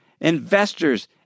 investors